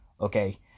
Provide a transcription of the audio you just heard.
Okay